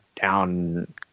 down